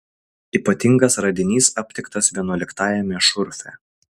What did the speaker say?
ypatingas radinys aptiktas vienuoliktajame šurfe